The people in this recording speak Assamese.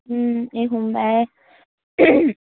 এই সোমবাৰে